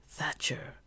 thatcher